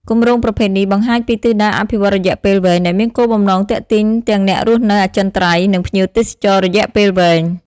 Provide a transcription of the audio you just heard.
គម្រោងប្រភេទនេះបង្ហាញពីទិសដៅអភិវឌ្ឍន៍រយៈពេលវែង ដែលមានគោលបំណងទាក់ទាញទាំងអ្នករស់នៅអចិន្ត្រៃយ៍ និងភ្ញៀវទេសចររយៈពេលវែង។